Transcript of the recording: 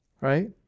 right